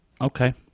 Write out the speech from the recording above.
Okay